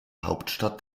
hauptstadt